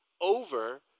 over